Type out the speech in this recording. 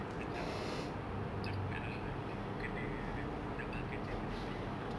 macam takut ah takut kena dapat kerja merepek ah